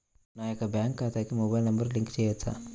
నా యొక్క బ్యాంక్ ఖాతాకి మొబైల్ నంబర్ లింక్ చేయవచ్చా?